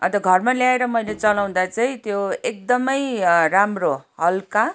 अन्त घरमा ल्याएर मैले चलाउँदा चाहिँ त्यो एकदमै राम्रो हलुका